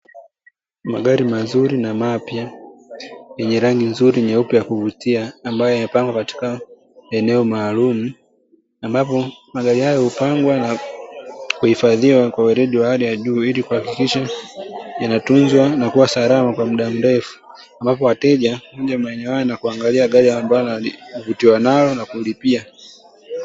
Magari mazuri na mapya nyenye rangi nzuri nyeupe ya kuvutia ambayo yamepagwa katika eneo maalumu. Ambapo magari hayo hupangwa na kuhifadhiwa kwa weledi wa hali ya juu, ili kuhakikishwa yanatuzwa na kuwa salama kwa muda mrefu. Ambapo wateja huja maeneo hayo na kuangalia gari ambalo anavutiwa nalo na kulipia.